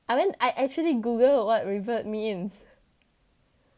I went I actually google what revert means